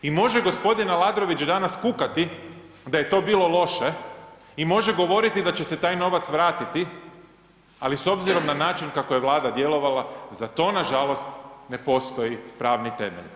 I može gospodin Aladrdović danas kukati da je to bilo loše i može govoriti da će se taj novac vratiti, ali s obzirom na način kako je Vlada djelovala, za to nažalost ne postoji pravni temelj.